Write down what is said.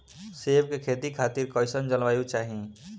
सेब के खेती खातिर कइसन जलवायु चाही?